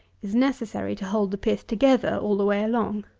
is necessary to hold the pith together all the way along.